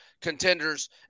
contenders